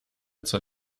zur